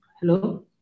hello